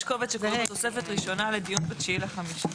יש קובץ שקוראים לו "תוספת ראשונה לדיון ב-09.05".